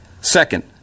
Second